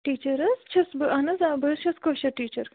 teacher حظ چھس بہٕ اہن حظ آ بہٕ حظ چھَس کٲشر ٹیٖچر